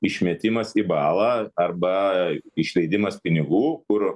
išmetimas į balą arba išleidimas pinigų kur